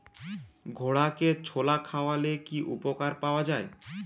ঘোড়াকে ছোলা খাওয়ালে কি উপকার পাওয়া যায়?